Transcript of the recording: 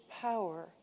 power